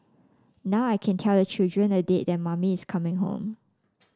now I can tell the children a date that mummy is coming home